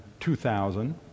2000